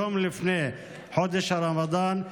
יום לפני חודש רמדאן,